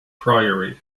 priory